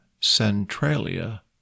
Centralia